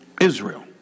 Israel